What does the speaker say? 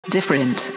Different